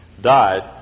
died